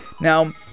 Now